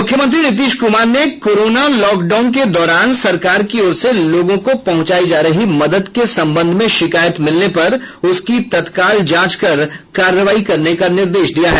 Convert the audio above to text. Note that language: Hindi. मुख्यमंत्री नीतीश कुमार ने कोरोना लॉक डाउन के दौरान सरकार की ओर से लोगों को पहुंचाई जा रही मदद के संबंध में शिकायत मिलने पर उसकी तत्काल जांच कर कार्रवाई करने का निर्देश दिया है